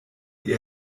die